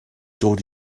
dod